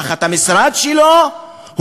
תחת המשרד שלו,